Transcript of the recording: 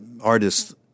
artists